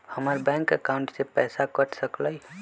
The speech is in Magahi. हमर बैंक अकाउंट से पैसा कट सकलइ ह?